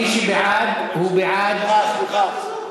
מי שבעד, הוא בעד, סליחה.